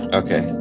okay